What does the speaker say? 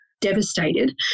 devastated